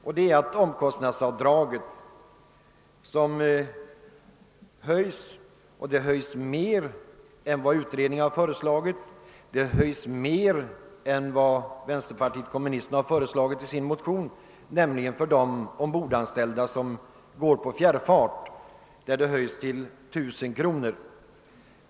Omkostnadsavdraget föreslås höjt mer än vad utredningen har föreslagit och mer än vad vänsterpartiet kommunisterna har yrkat i sin motion, nämligen till 1000 kronor för ombordanställda som går i fjärrfart.